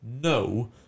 no